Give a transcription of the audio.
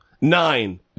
nine